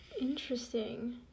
Interesting